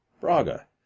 Braga